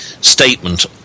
statement